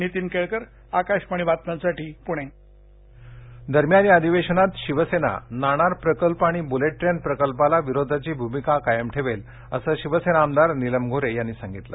नीतीन केळकर आकाशवाणी बातम्यांसाठी पुणे अधिवेशन सेना दरम्यान या अधिवेशनात शिवसेना नाणार प्रकल्प आणि ब्लेट ट्रेन प्रकल्पाला विरोधाची भूमिका कायम ठेवेल असं शिवसेना आमदार नीलम गोऱ्हे यांनी सांगितलं